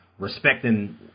respecting